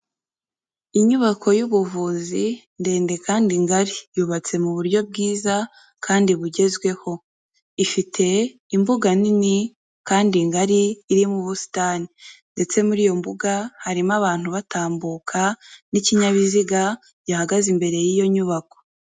Inyubako y'ubuvuzi ,ndende kandi ngari. Yubatse mu buryo bwiza, kandi bugezweho. Ifite imbuga nini kandi ngari, irimo ubusitani. Ndetse muri iyo mbuga harimo abantu batambuka, n'ikinyabiziga gihagaze imbere y'iyo nyubako.